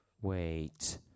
Wait